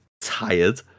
tired